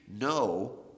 no